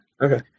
Okay